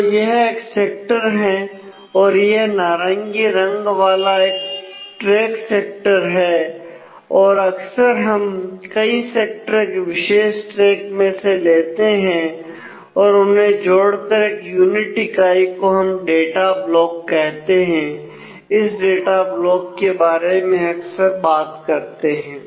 तो यह एक सेक्टर है और यह नारंगी रंग वाला एक ट्रैक सेक्टर है और अक्सर हम कई सेक्टर एक विशेष ट्रैक में से लेते हैं और उन्हें जोड़कर एक यूनिट इकाई को हम डाटा ब्लॉक कहते हैं इस डाटा ब्लॉक के बारे में हम अक्सर बात करते हैं